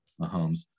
Mahomes